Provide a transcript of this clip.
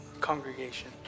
congregation